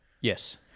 yes